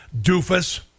doofus